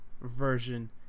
version